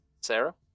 Sarah